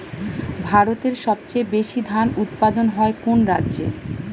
ভারতের সবচেয়ে বেশী ধান উৎপাদন হয় কোন রাজ্যে?